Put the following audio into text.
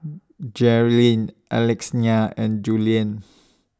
Jerrilyn Alexina and Julien